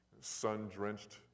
sun-drenched